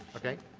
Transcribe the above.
okay.